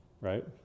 right